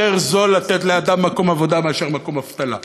יותר זול לתת לאדם מקום עבודה מאשר מקום אבטלה.